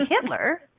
Hitler